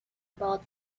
about